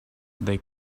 they